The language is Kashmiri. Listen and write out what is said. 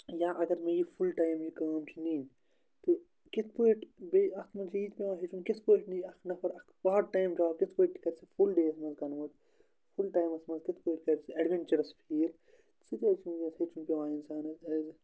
یا اگر مےٚ یہِ فُل ٹایم یہِ کٲم چھِ نِنۍ تہٕ کِتھ پٲٹھۍ بیٚیہِ اَتھ منٛز چھِ ییٚتہِ پیٚوان ہیٚچھُن کِتھ پٲٹھۍ نِی اَکھ نَفر اَکھ پارٹ ٹایم جاب کِتھ پٲٹھۍ کَرِ سُہ فُل ڈیٚیَس منٛز سُہ کَنوٲٹ فُل ٹایمَس مَنٛز کِتھ پٲٹھۍ کَرِ سُہ اٮ۪ڈوٮ۪نچَرَس فیٖل سُہ تہِ حظ چھُ وٕنکیٚس ہیٚچھُن پیٚوان اِنسانَس ایز